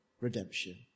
redemption